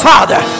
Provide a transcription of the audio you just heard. Father